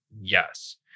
yes